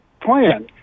plan